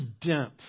dense